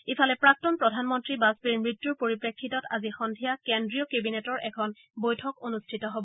ইফালে প্ৰাক্তন প্ৰধানমন্ত্ৰী বাজপেয়ীৰ মৃত্যূৰ পৰিপ্ৰেক্ষিতত আজি সন্ধিয়া কেন্দ্ৰীয় কেবিনেটৰ এখন বৈঠক অনুষ্ঠিত হ'ব